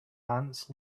ants